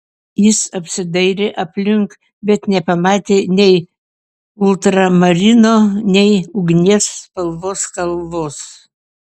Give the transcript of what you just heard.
jis apsidairė aplink bet nepamatė nei ultramarino nei ugnies spalvos kalvos